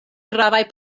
gravaj